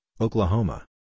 Oklahoma